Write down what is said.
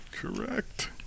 Correct